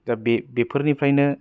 बे बेफोरनिफ्राय नो